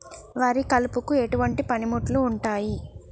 వరి కలుపుకు ఎటువంటి పనిముట్లు ఉంటాయి?